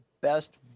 best